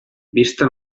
vista